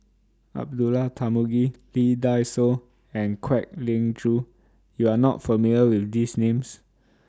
Abdullah Tarmugi Lee Dai Soh and Kwek Leng Joo YOU Are not familiar with These Names